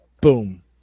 boom